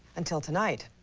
until tonight.